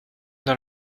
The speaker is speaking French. dans